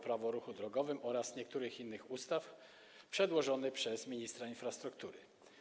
Prawo o ruchu drogowym oraz niektórych innych ustaw przedłożony przez ministra infrastruktury.